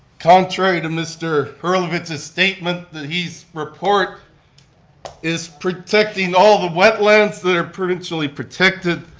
contrary to mr. herlovitch's statement that his report is protecting all the wetlands that are provincially protected,